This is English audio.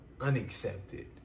Unaccepted